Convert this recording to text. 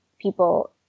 people